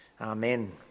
Amen